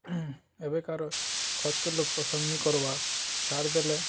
ଏବେକାର ଖତକେ ଲୋୋକ ପସନ୍ଦନ କରବା ସାର୍ ଦେଲେ